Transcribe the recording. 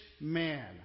man